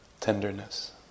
tenderness